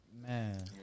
man